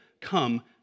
come